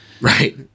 Right